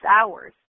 hours